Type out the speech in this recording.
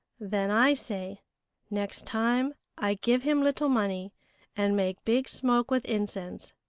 then i say next time i give him little money and make big smoke with incense,